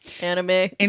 anime